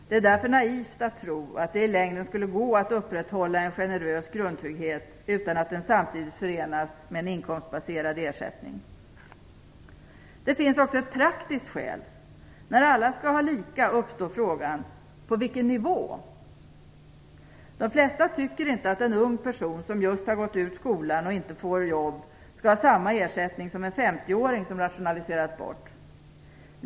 Det är därför naivt att tro att det i längden skulle gå att upprätthålla en generös grundtrygghet, utan att den samtidigt förenas med en inkomstbaserad ersättning. Det finns också ett praktiskt skäl. När alla skall ha lika uppstår frågan: På vilken nivå? De flesta tycker inte att en ung person som just gått ut skolan och inte får jobb skall få samma ersättning som en 50-åring som rationaliserats bort.